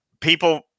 people